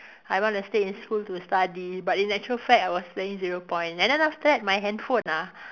I want to stay in school to study but in actually fact I was playing zero point and then after that my handphone ah